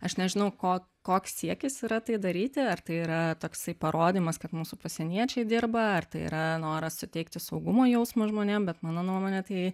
aš nežinau ko koks siekis yra tai daryti ar tai yra toksai parodymas kad mūsų pasieniečiai dirba ar tai yra noras suteikti saugumo jausmą žmonėm bet mano nuomone tai